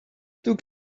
took